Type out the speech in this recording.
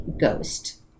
ghost